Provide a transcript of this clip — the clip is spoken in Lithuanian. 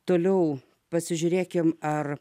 toliau pasižiūrėkime ar